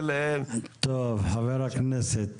חבר הכנסת